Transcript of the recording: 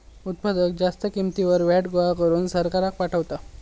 उत्पादक जास्त किंमतीवर व्हॅट गोळा करून सरकाराक पाठवता